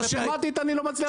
מתמטית אני לא מצליח להבין.